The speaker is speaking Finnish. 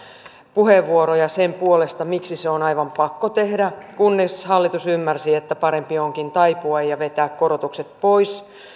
puheenvuoroja sen puolesta miksi se on aivan pakko tehdä kunnes hallitus ymmärsi että parempi onkin taipua ja vetää korotukset pois